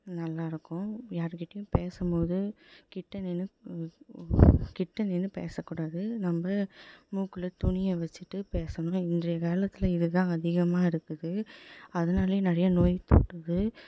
நல்லாயிருக்கும் யார்கிட்டையும் பேசும்போது கிட்டே நின்று கிட்டே நின்று பேசக்கூடாது நம்ப மூக்கில் துணியை வச்சுட்டு பேசணும் இன்றைய காலத்தில் இது தான் அதிகமாக இருக்குது அதனாலையே நிறைய நோய் தொற்றுது